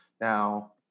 Now